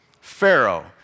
Pharaoh